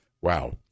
Wow